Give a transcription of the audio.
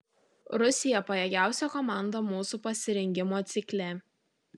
rusija pajėgiausia komanda mūsų pasirengimo cikle